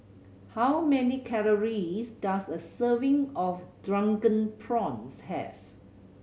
how many calories does a serving of Drunken Prawns have